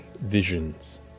visions